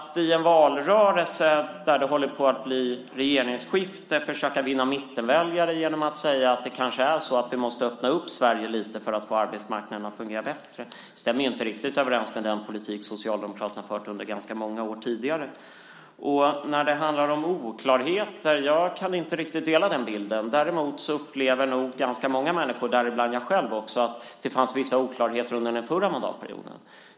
Om man i en valrörelse när det håller på att bli regeringsskifte försöker vinna mittenväljare genom att säga att vi kanske måste öppna Sverige lite för att få arbetsmarknaden att fungera bättre stämmer det inte överens med den politik som Socialdemokraterna har fört under ganska många år. Jag håller inte med om att det skulle finnas oklarheter. Däremot upplever nog ganska många, däribland jag själv, att det fanns oklarheter under den förra mandatperioden.